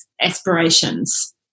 aspirations